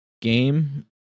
game